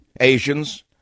Asians